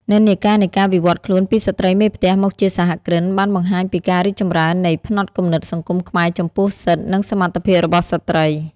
និន្នាការនៃការវិវត្តខ្លួនពីស្ត្រីមេផ្ទះមកជាសហគ្រិន បានបង្ហាញពីការរីកចម្រើននៃផ្នត់គំនិតសង្គមខ្មែរចំពោះសិទ្ធិ និងសមត្ថភាពរបស់ស្ត្រី។